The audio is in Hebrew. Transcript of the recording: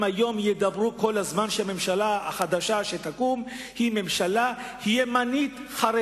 הם יגידו כל הזמן שהממשלה החדשה שתקום היא ממשלה ימנית-חרדית-קיצונית.